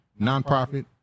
nonprofit